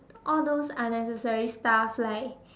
all those unnecessary stuff like